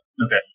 Okay